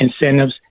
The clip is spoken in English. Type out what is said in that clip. incentives